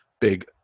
big